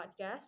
podcast